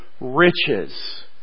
riches